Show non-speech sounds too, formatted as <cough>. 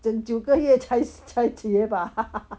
整九个月才才结 bah <laughs>